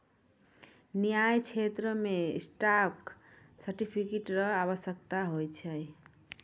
न्याय क्षेत्रो मे स्टॉक सर्टिफिकेट र आवश्यकता होय छै